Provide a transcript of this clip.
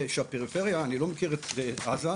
אני לא מכיר את שדה עזה,